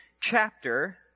chapter